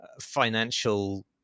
financial